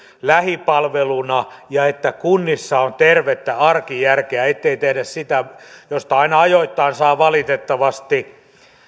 lähipalveluna ja että kunnissa on tervettä arkijärkeä ettei tehdä sitä mistä aina ajoittain saa valitettavasti